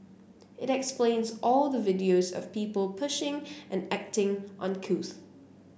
it explains all the videos of people pushing and acting uncouth